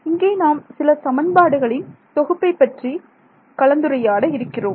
இங்கே நாம் சில சமன்பாடுகளின் தொகுப்பை பற்றி கலந்துரையாட இருக்கிறோம்